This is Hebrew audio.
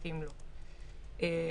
אז השיקול השני של מתאים לכולם,